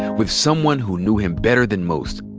with someone who knew him better than most,